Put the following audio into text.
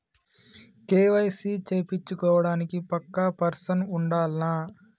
KYC చేపిచ్చుకోవడానికి పక్కా person ఉండాల్నా?